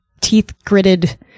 teeth-gritted